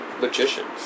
Magicians